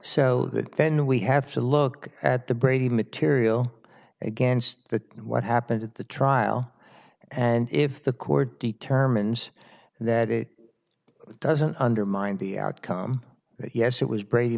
that then we have to look at the brady material against the what happened at the trial and if the court determines that it doesn't undermine the outcome yes it was brady